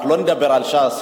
אנחנו לא נדבר על ש"ס,